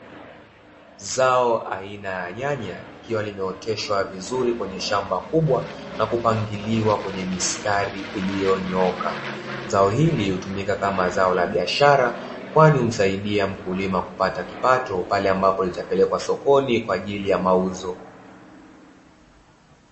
Zao aina ya nyanya likiwa limeoteshwa vizuri kwenye shamba kubwa na kupangiliwa kwenye mistari iliyonyooka, zao hili hutumika kama zao la biashara kwani humsaidia mkulima kupata kipato pale ambapo litapelekwa sokoni kwa ajili ya mauzo.